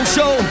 Show